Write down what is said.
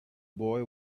boy